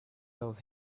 told